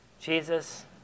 Jesus